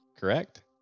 correct